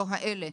לא האלה,